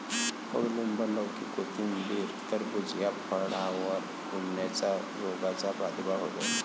कडूलिंब, लौकी, कोथिंबीर, टरबूज या फळांवर कुजण्याच्या रोगाचा प्रादुर्भाव होतो